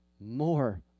More